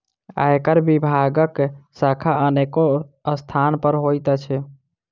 आयकर विभागक शाखा अनेको स्थान पर होइत अछि